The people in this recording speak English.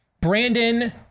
brandon